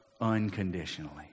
unconditionally